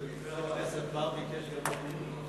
חבר הכנסת בר ביקש גם מדיני.